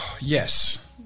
Yes